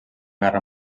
guerra